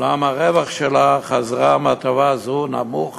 אולם הרווח שלה חזרה מההטבה הזאת נמוך